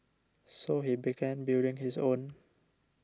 so he began building his own